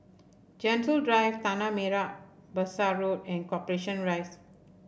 Gentle Drive Tanah Merah Besar Road and Corporation Rise